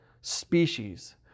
species